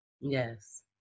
Yes